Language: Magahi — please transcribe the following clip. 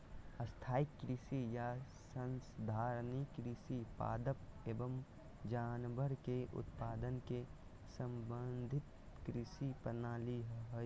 स्थाई कृषि या संधारणीय कृषि पादप एवम जानवर के उत्पादन के समन्वित कृषि प्रणाली हई